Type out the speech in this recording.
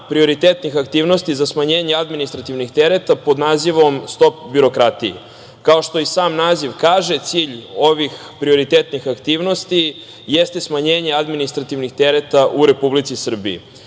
prioritetnih aktivnosti za smanjenje administrativnih tereta, pod nazivom „stop birokratiji“. Kao što i sam naziv kaže cilj ovih prioritetnih aktivnosti, jeste smanjenje administrativnih tereta u Republici Srbiji.U